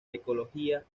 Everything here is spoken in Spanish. ecología